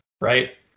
right